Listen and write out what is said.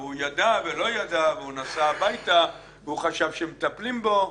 והוא ידע ולא ידע והוא נסע הביתה והוא חשב שמטפלים בו,